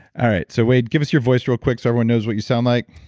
all right, so wade, give us your voice real quick so everyone knows what you sound like.